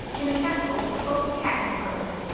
in a castle called cattenburg.